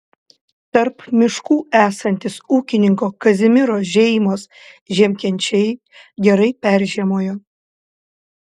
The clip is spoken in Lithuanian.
tarp miškų esantys ūkininko kazimiro žeimos žiemkenčiai gerai peržiemojo